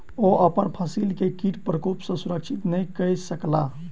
ओ अपन फसिल के कीट प्रकोप सॅ सुरक्षित नै कय सकला